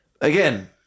Again